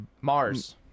Mars